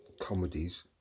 comedies